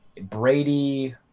Brady